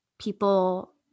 people